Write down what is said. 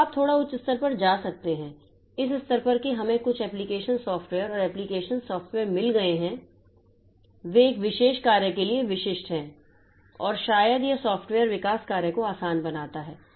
तो आप थोड़ा उच्च स्तर पर जा सकते हैं इस स्तर पर कि हमें कुछ एप्लिकेशन सॉफ़्टवेयर और इस एप्लिकेशन सॉफ़्टवेयर मिल गए हैं वे एक विशेष कार्य के लिए विशिष्ट हैं और शायद यह सॉफ्टवेयर विकास कार्य को आसान बनाता है